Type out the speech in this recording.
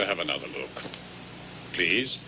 i have another please